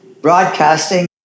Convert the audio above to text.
broadcasting